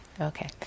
okay